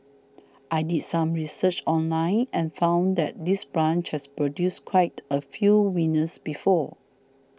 I did some research online and found that this branch has produced quite a few winners before